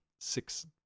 six